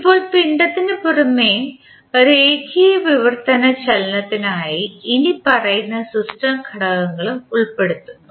ഇപ്പോൾ പിണ്ഡത്തിന് പുറമേ രേഖീയ വിവർത്തന ചലനത്തിനായി ഇനിപ്പറയുന്ന സിസ്റ്റം ഘടകങ്ങളും ഉൾപ്പെടുന്നു